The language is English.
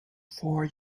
four